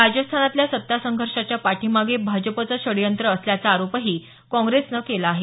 राजस्थानातल्या सत्ता संघर्षाच्या पाठीमागे भाजपचं षडयंत्र असल्याचा आरोपही काँग्रेसनं केला आहे